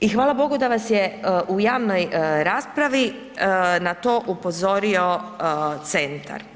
I hvala bogu da vas je u javnoj raspravi na to upozorio centar.